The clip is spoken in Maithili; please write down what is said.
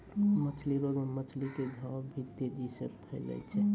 मछली रोग मे मछली के घाव भी तेजी से फैलै छै